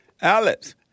Alex